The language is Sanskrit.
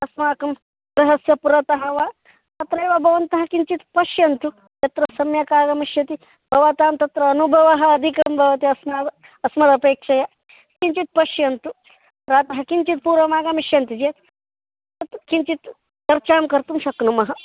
अस्माकं गृहस्य पुरतः वा अत्रैव भवन्तः किञ्चित् पश्यन्तु यत्र सम्यक् आगमिष्यति भवतां तत्र अनुभवः अधिकं भवति अस्मत् अस्मादपेक्षया किञ्चित् पश्यन्तु प्रातः किञ्चित् पूर्वम् आगमिष्यन्ति चेत् तत् किञ्चित् चर्चां कर्तुं शक्नुमः